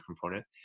component